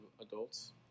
adults